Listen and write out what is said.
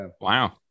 Wow